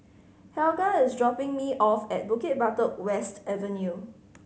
Helga is dropping me off at Bukit Batok West Avenue